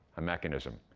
a mechanism.